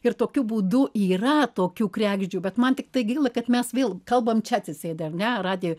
ir tokiu būdu yra tokių kregždžių bet man tiktai gaila kad mes vėl kalbam čia atsisėdę ar ne radijoj